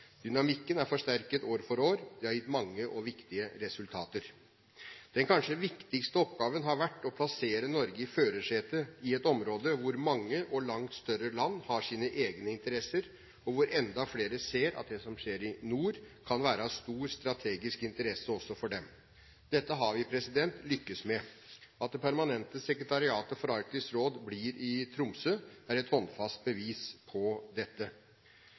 Dynamikken er forsterket år for år. Det har gitt mange og viktige resultater. Den kanskje viktigste oppgaven har vært å plassere Norge i førersetet i et område hvor mange og langt større land har sine egne interesser, og hvor enda flere ser at det som skjer i nord, kan være av stor, strategisk interesse også for dem. Dette har vi lyktes med. At det permanente sekretariatet for Arktisk råd blir i Tromsø, er et håndfast bevis på dette,